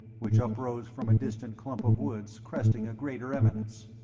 which uprose from a distant clump of woods cresting a greater eminence.